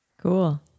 Cool